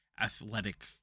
athletic